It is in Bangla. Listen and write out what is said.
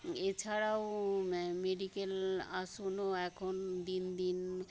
এছাড়াও মেডিকেল আসনও এখন দিন দিন